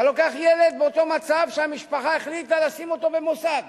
אתה לוקח ילד באותו מצב שהמשפחה החליטה לשים אותו במוסד,